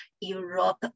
Europe